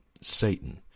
Satan